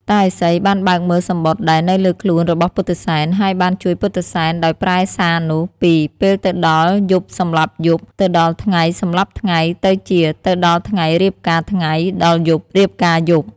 តាឥសីបានបើកមើលសំបុត្រដែលនៅលើខ្លួនរបស់ពុទ្ធិសែន ហើយបានជួយពុទ្ធិសែនដោយប្រែសារនោះពី "ពេលទៅដល់យប់សម្លាប់យប់ ទៅដល់ថ្ងៃសម្លាប់ថ្ងៃ" ទៅជា "ទៅដល់ថ្ងៃរៀបការថ្ងៃ ដល់យប់រៀបការយប់"។